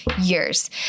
years